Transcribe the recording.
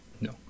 No